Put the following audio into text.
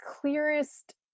clearest